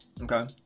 Okay